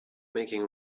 making